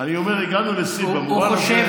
אני אומר שהגענו לשיא במובן הזה,